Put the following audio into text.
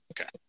Okay